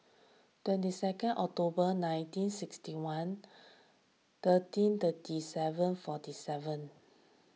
twenty second October nineteen sixty one thirteen thirty seven forty seven